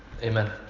Amen